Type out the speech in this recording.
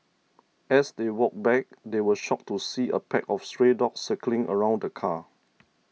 as they walked back they were shocked to see a pack of stray dogs circling around the car